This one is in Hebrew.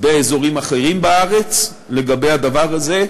באזורים אחרים בארץ, לגבי הדבר הזה.